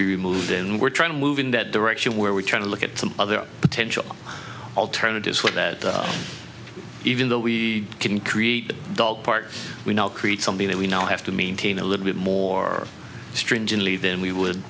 be removed and we're trying to move in that direction where we try to look at some other potential alternatives for that even though we can create the dog park we now create something that we now have to maintain a little bit more stringently than we would